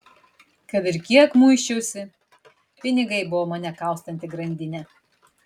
kad ir kiek muisčiausi pinigai buvo mane kaustanti grandinė